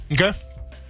Okay